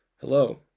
Hello